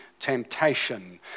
temptation